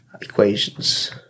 equations